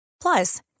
Plus